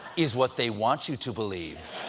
is what they want you to believe.